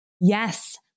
Yes